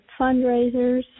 fundraisers